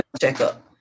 checkup